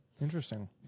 Interesting